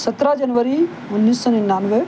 سترہ جنوری انیس سو ننانوے